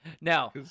Now